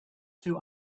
too